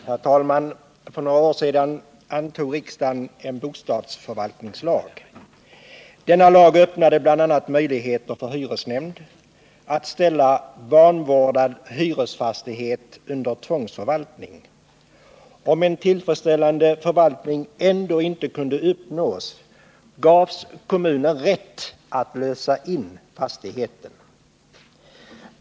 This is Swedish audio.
Herr talman! För några år sedan antog riksdagen en bostadsförvaltningslag. Denna lag öppnade bl.a. möjligheter för hyresnämnd att ställa vanvårdade hyresfastigheter under tvångsförvaltning. Om en tillfredsställande förvaltning ändå inte kunde uppnås gavs kommunen rätt att lösa in fastigheten.